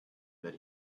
that